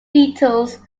beetles